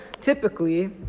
typically